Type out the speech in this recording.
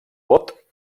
bot